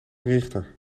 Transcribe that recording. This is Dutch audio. richter